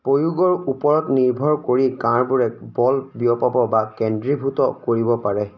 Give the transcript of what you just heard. প্ৰয়োগৰ ওপৰত নিৰ্ভৰ কৰি কাঁড়বোৰে বল বিয়পাব বা কেন্দ্ৰীভূত কৰিব পাৰে